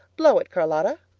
blow it, charlotta,